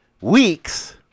weeks